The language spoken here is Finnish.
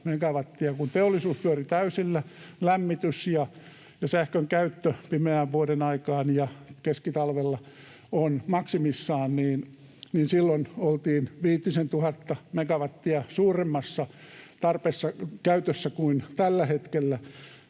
kun teollisuus pyöri täysillä, lämmitys ja sähkön käyttö pimeään vuodenaikaan ja keskitalvella oli maksimissaan, ja silloin oltiin viitisen tuhatta megawattia suuremmassa käytössä kuin tällä hetkellä.